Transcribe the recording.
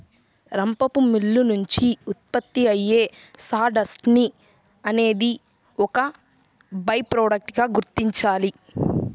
రంపపు మిల్లు నుంచి ఉత్పత్తి అయ్యే సాడస్ట్ ని అనేది ఒక బై ప్రొడక్ట్ గా గుర్తించాలి